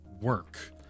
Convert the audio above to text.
work